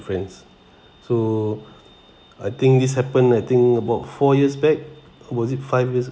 friends so I think this happen I think about four years back was it five years